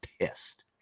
pissed